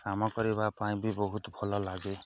କାମ କରିବା ପାଇଁ ବି ବହୁତ ଭଲ ଲାଗେ